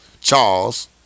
Charles